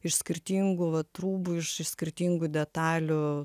iš skirtingų vat rūbų iš skirtingų detalių